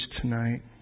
tonight